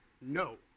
no